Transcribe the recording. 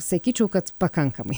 sakyčiau kad pakankamai